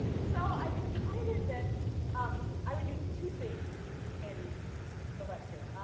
so i decided that um i would do two things in the lecture,